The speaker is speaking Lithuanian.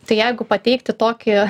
tai jeigu pateikti tokį